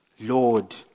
Lord